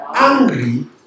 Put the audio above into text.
angry